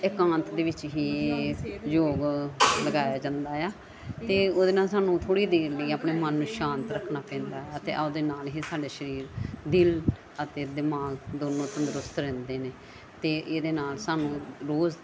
ਇਕ ਮੰਥ ਦੇ ਵਿੱਚ ਹੀ ਯੋਗ ਲਗਾਇਆ ਜਾਂਦਾ ਆ ਅਤੇ ਉਹਦੇ ਨਾਲ ਸਾਨੂੰ ਥੋੜ੍ਹੀ ਦੇਰ ਲਈ ਆਪਣੇ ਮਨ ਨੂੰ ਸ਼ਾਂਤ ਰੱਖਣਾ ਪੈਂਦਾ ਅਤੇ ਉਹਦੇ ਨਾਲ ਹੀ ਸਾਡੇ ਸਰੀਰ ਦਿਲ ਅਤੇ ਦਿਮਾਗ ਦੋਨੋਂ ਤੰਦਰੁਸਤ ਰਹਿੰਦੇ ਨੇ ਅਤੇ ਇਹਦੇ ਨਾਲ ਸਾਨੂੰ ਰੋਜ਼